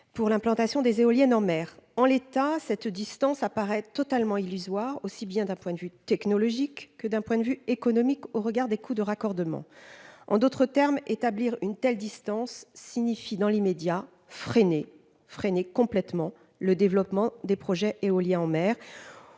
pour l'implantation des éoliennes en mer, en l'état cette distance apparaît totalement illusoire, aussi bien d'un point de vue technologique que d'un point de vue économique au regard des coûts de raccordement en d'autres termes, établir une telle distance signifie dans l'immédiat, freiner, freiner complètement le développement des projets éoliens en mer,